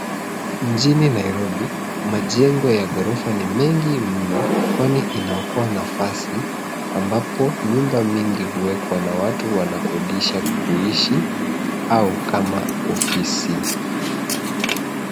Mjini Nairobi, majengo ya ghorofa ni mengi mno, kwani inaokoa nafasi, ambapo nyumba mingi huwekwa na watu wanakodisha kuishi au kama ofisi.